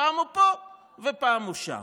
פעם הוא פה ופעם הוא שם.